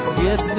get